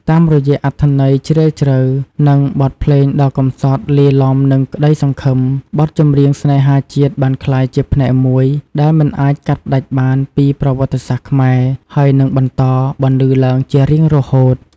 តាមរយៈអត្ថន័យជ្រាលជ្រៅ និងបទភ្លេងដ៏កំសត់លាយឡំនឹងក្តីសង្ឃឹម បទចម្រៀងស្នេហាជាតិបានក្លាយជាផ្នែកមួយដែលមិនអាចកាត់ផ្ដាច់បានពីប្រវត្តិសាស្ត្រខ្មែរ ហើយនឹងបន្តបន្លឺឡើងជារៀងរហូត។